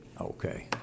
Okay